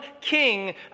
king